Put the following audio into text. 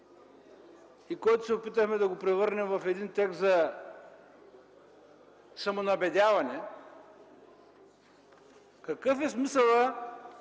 и който се опитахме да превърнем в един текст за самонабедяване? Какъв е смисълът,